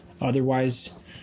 Otherwise